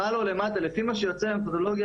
למעלה או למטה לפי מה שיוצא במתודולוגיה